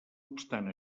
obstant